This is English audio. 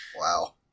Wow